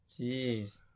Jeez